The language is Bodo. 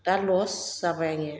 दा लस जाबाय आंनिया